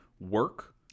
work